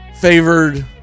favored